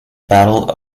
battle